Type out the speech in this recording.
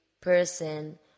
person